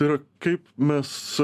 ir kaip mes